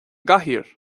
gcathaoir